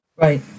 Right